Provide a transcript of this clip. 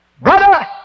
Brother